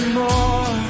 more